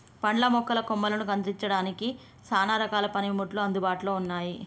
పండ్ల మొక్కల కొమ్మలని కత్తిరించడానికి సానా రకాల పనిముట్లు అందుబాటులో ఉన్నాయి